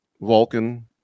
Vulcan